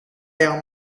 yang